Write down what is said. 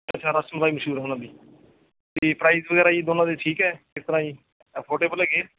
ਅੱਛਾ ਰਸਮਲਾਈ ਮਸ਼ਹੂਰ ਹੈ ਉਹਨਾਂ ਦੀ ਅਤੇ ਪ੍ਰਾਈਜ ਵਗੈਰਾ ਜੀ ਦੋਨਾਂ ਦੇ ਠੀਕ ਹੈ ਕਿਸ ਤਰ੍ਹਾਂ ਜੀ ਅਫੋਰਡੇਬਲ ਹੈਗੇ